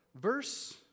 verse